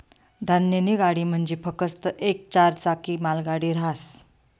धान्यनी गाडी म्हंजी फकस्त येक चार चाकी मालगाडी रहास